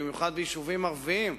במיוחד ביישובים ערביים.